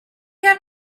have